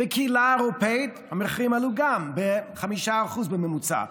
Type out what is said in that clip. בקהילה האירופית המחירים עלו גם ב-5% בממוצע,